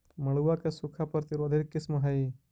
मड़ुआ के सूखा प्रतिरोधी किस्म हई?